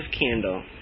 candle